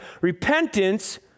Repentance